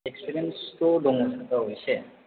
इख्सफेरियेन्सथ' दङ औ इसे